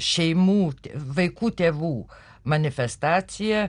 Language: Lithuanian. šeimų vaikų tėvų manifestacija